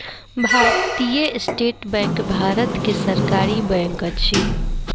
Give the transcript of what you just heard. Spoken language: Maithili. भारतीय स्टेट बैंक भारत के सरकारी बैंक अछि